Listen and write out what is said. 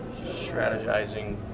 strategizing